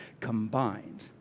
combined